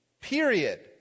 Period